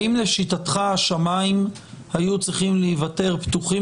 האם לשיטתך השמים היו צריכים להיוותר פתוחים